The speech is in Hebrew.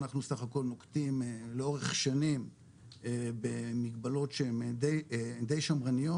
אנחנו סך הכל נוקטים לאורך שנים במגבלות שהן די שמרניות